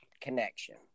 connection